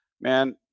man